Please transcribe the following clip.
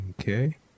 Okay